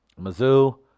Mizzou